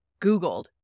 Googled